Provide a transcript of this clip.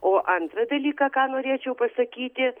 o antrą dalyką ką norėčiau pasakyti